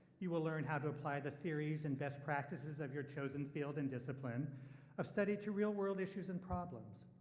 you will learn how to apply the theories and best practices of your chosen field in discipline of study to real world issues and problems.